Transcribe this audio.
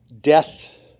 death